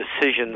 decisions